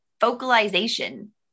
vocalization